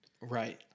Right